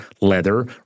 leather